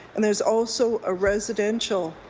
and there's also a residential